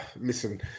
Listen